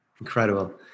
Incredible